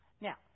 Now